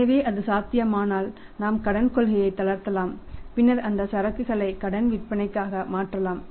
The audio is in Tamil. எனவே அது சாத்தியமானால் நாம் கொள்கையை தளர்த்தலாம் பின்னர் அந்த சரக்குகளை கடன் விற்பனையாக மாற்றலாம்